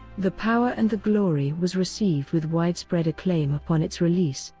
the power and the glory was received with widespread acclaim upon its release,